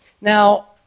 Now